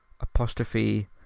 apostrophe